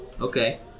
Okay